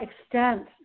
extent